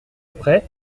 après